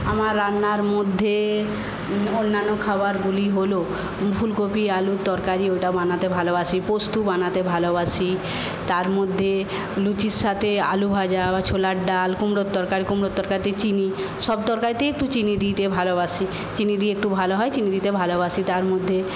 আমার রান্নার মধ্যে অন্যান্য খাবারগুলি হল ফুলকপি আলুর তরকারি ওটা বানাতে ভালোবাসি পোস্ত বানাতে ভালোবাসি তার মধ্যে লুচির সাথে আলু ভাজা বা ছোলার ডাল কুমড়োর তরকারি কুমড়োর তরকারিতে চিনি সব তরকারিতেই একটু চিনি দিতে ভালোবাসি চিনি দিয়ে একটু ভালো হয় চিনি দিতে ভালোবাসি তার মধ্যে